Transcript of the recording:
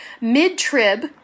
mid-trib